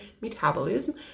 metabolism